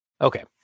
Okay